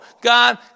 God